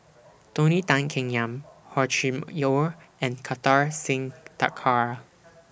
Tony Tan Keng Yam Hor Chim Or and Kartar Singh Thakral